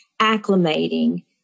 acclimating